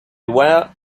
were